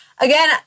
again